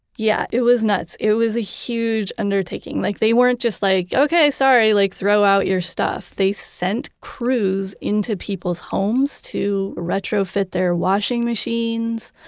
yeah. it was nuts. it was a huge undertaking. like, they weren't just like, okay, sorry, like throw throw out your stuff. they sent crews into people's homes to retrofit their washing machines.